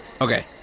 Okay